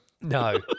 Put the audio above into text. No